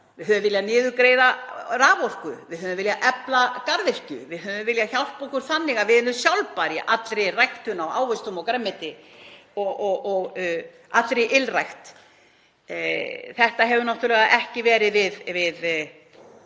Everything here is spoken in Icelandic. Við höfum viljað niðurgreiða raforku, við höfum viljað efla garðyrkju. Við höfum viljað hjálpa þeim þannig að þau verði sjálfbær í allri ræktun á ávöxtum og grænmeti og allri ylrækt. Þetta hefur náttúrlega ekki fengið